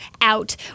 out